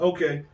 Okay